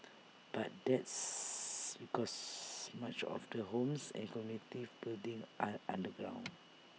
but that's because much of the homes and communities buildings are underground